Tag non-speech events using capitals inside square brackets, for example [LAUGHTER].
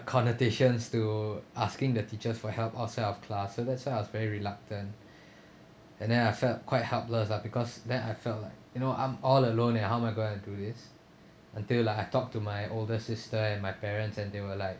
connotations to asking the teachers for help outside of class so that's why I was very reluctant [BREATH] and then I felt quite helpless lah because then I felt like you know I'm all alone and how am I going to do this until like I talked to my older sister and my parents and they were like